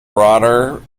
broader